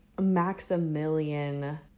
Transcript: Maximilian